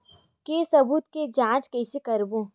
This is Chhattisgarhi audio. के सबूत के जांच कइसे करबो?